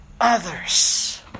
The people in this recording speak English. others